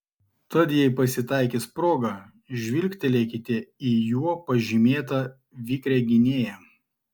tad jei pasitaikys proga žvilgtelėkite į juo pažymėtą vikrią gynėją